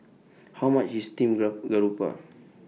How much IS Steamed Garoupa